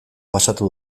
pasatu